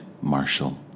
Marshall